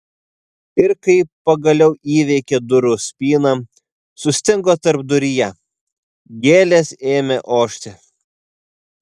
ir kai pagaliau įveikė durų spyną sustingo tarpduryje gėlės ėmė ošti